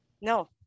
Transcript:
No